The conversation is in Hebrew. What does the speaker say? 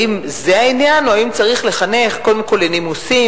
האם זה העניין או שצריך לחנך קודם כול לנימוסים,